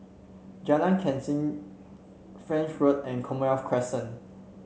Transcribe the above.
Jalan Kechil French Road and Commonwealth Crescent